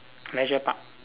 leisure park